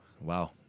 Wow